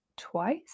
twice